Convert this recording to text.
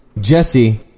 Jesse